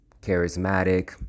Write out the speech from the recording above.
charismatic